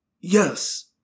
Yes